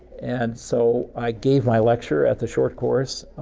and, so, i gave my lecture at the short course,